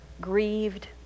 grieved